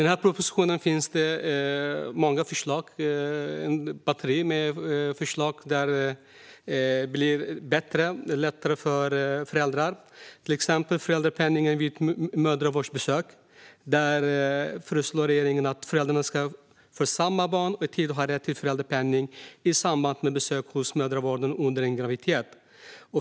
I propositionen finns det många förslag - ett helt batteri - som gör det bättre och lättare för föräldrar, till exempel föräldrapenning vid mödravårdsbesök. Där föreslår regeringen att föräldrarna, för samma barn och tid, ska ha rätt till föräldrapenning i samband med besök hos mödravården under en graviditet.